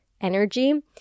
energy